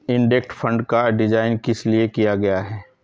Index fund का design किस लिए किया गया है?